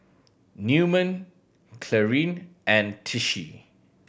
Newman Clarine and Tishie